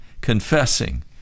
confessing